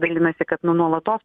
dalinasi kad nu nuolatos